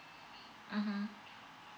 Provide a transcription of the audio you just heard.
mmhmm